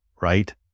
right